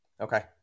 Okay